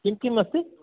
किं किम् अस्ति